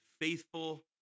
faithful